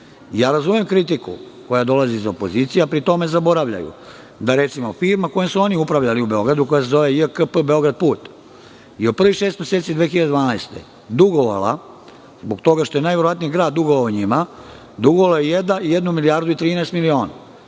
Razumem kritiku koja dolazi iz opozicije, a pri tome zaboravljaju da, recimo, firma kojom su oni upravljali u Beogradu, koja se zove JKP "Beograd put" je u prvih šest meseci 2012. godine, zbog toga što je najverovatnije grad dugovao njima, dugovala je jednu milijardu i 13 miliona.